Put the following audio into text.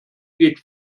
geht